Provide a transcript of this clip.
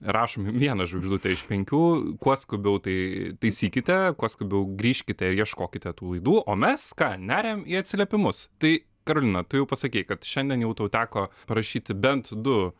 rašom vieną žvaigždutę iš penkių kuo skubiau tai taisykite kuo skubiau grįžkite ieškokite tų laidų o mes ką neriam į atsiliepimus tai karolina tu jau pasakei kad šiandien jau tau teko parašyti bent du